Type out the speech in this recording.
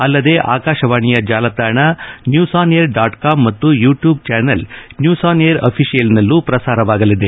ಅಲ್ಲದೆ ಆಕಾಶವಾಣಿ ಜಾಲತಾಣ news on air dot com ಮತ್ತು YouTube channel news on air ಅಫಿಶಿಯಲ್ನಲ್ಲೂ ಪ್ರಸಾರವಾಗಲಿದೆ